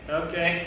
okay